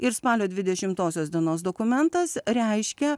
ir spalio dvidešimtosios dienos dokumentas reiškia